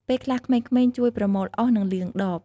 ពេលខ្លះក្មេងៗជួយប្រមូលអុស និងលាងដប។